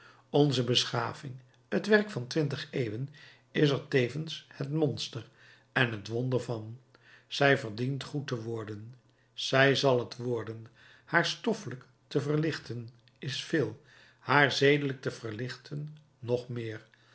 onze beschaving het werk van twintig eeuwen is er tevens het monster en het wonder van zij verdient goed te worden zij zal het worden haar stoffelijk te verlichten is veel haar zedelijk te verlichten nog meer